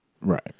Right